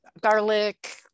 garlic